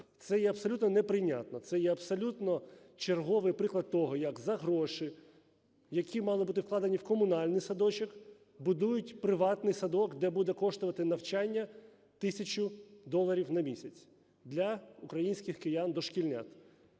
Це є абсолютно неприйнятно. Це є абсолютно черговий приклад того, як за гроші, які мали бути вкладені в комунальний садочок, будують приватний садок, де буде коштувати навчання тисячу доларів на місяць для українських киян-дошкільнят.